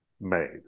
made